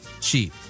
cheap